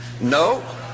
No